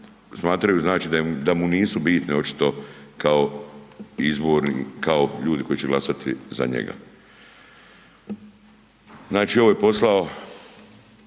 smatraju da mu nisu bitni očito kao ljudi koji će glasati za njega. Znači ovo je poslao